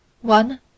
One